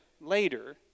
later